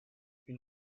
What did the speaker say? une